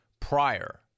prior